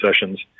sessions